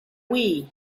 wii